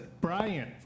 Brian